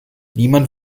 niemand